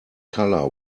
color